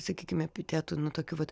sakykim epitetų nu tokių vat